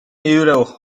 ewro